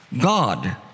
God